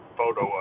photo